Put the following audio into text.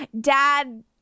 dad